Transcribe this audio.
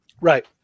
Right